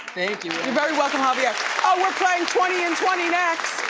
thank you. you're very welcome javier. oh we're playing twenty in twenty next.